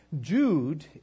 Jude